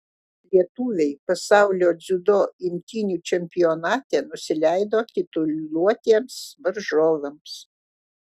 lietuviai pasaulio dziudo imtynių čempionate nusileido tituluotiems varžovams